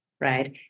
right